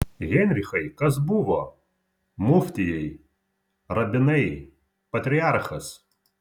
heinrichai kas buvo muftijai rabinai patriarchas